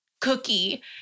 cookie